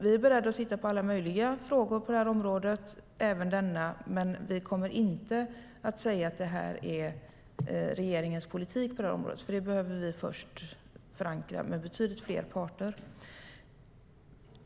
Vi är beredda att titta på alla möjliga frågor på området, även denna, men vi kommer inte att säga att det här är regeringens politik på området, för det behöver vi först förankra med betydligt fler parter.